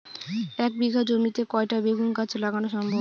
এক বিঘা জমিতে কয়টা বেগুন গাছ লাগানো সম্ভব?